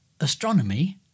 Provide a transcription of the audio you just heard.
astronomy